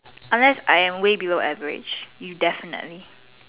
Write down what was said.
unless I am way below average you definitely